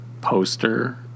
poster